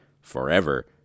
forever